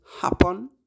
happen